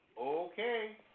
Okay